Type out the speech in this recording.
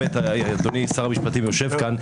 אדוני שר המשפטים יושב כאן,